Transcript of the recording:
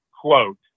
quote